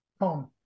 Home